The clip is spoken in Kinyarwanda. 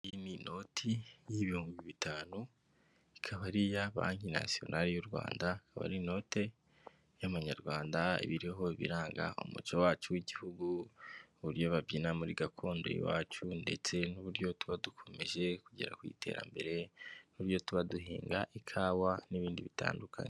Iyi ni inoti y'ibihumbi bitanu. Ikaba ari iya banki nationale y'u Rwanda. Ikaba ari inote y'amanyarwanda iba iriho ibiranga umuco wacu w'Igihugu, uburyo babyina muri gakondo y'iwacu, ndetse n'uburyo tuba dukomeje kugera ku iterambere, n'uburyo tuba duhinga ikawa, n'ibindi bitandukanye.